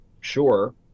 sure